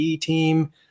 team